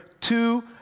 two